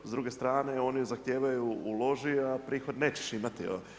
S druge strane oni zahtijevaju uloži, a prihod nećeš imati.